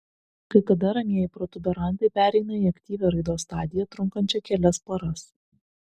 kai kada ramieji protuberantai pereina į aktyvią raidos stadiją trunkančią kelias paras